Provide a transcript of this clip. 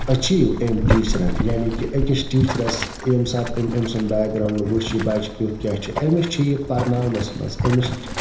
achieve أمۍ ٹیٖچرَن یعنے کہِ أکِس ٹیٖچرَس ییٚمہِ ساتہٕ أمۍ أمۍ سُنٛد بیک گرٛاوُنٛڈ وُچھ یہِ بَچہِ کٮُ۪تھ کیٛاہ چھُ أمِس چھُ یہِ پَرناونَس منٛز أمِس چھِ